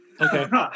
Okay